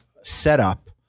setup